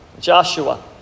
Joshua